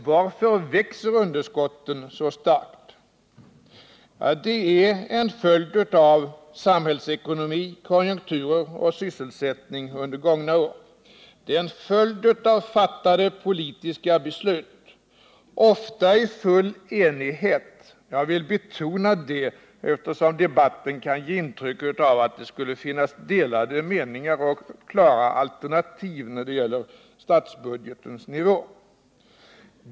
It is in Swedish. Varför växer underskotten så kraftigt? Det är en följd av samhällsekonomi, konjunkturer och sysselsättning under gångna år. Det är en följd av fattade politiska beslut. Dessa beslut har ofta fattats i full enighet —jag vill betona det eftersom debatten kan ge intryck av att det skulle råda delade meningar och finnas klara alternativ när det gäller statsbudgetens nivå.